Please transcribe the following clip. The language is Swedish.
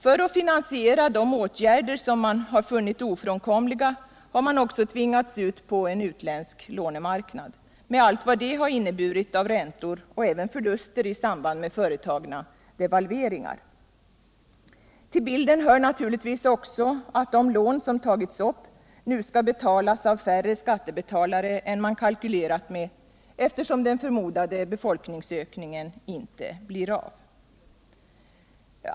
För att finansiera de åtgärder som man har funnit ofrånkomliga har man också tvingats ut på en utländsk lånemarknad med allt vad det har inneburit i form av räntor och även förluster i samband med företagna devalveringar. Till bilden hör naturligtvis också att de lån som tagits upp nu skall betalas av färre skattebetalare än man kalkylerat med, eftersom den förmodade befolkningsökningen inte blir av.